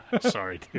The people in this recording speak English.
Sorry